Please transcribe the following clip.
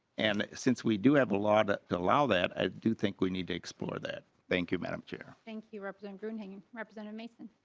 and since we do have a lot to allow that i do think we need to explore that. thank you madam chair think. you represent doing represented mason.